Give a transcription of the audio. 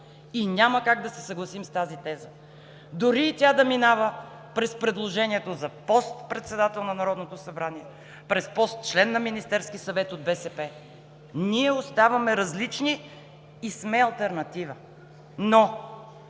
Няма как да се съгласим с тази теза, дори тя да минава през предложението за пост „председател на Народното събрание“, през пост „член на Министерския съвет“ от БСП. Ние оставаме различни и сме алтернатива!